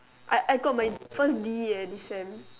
I I got my first D eh this sem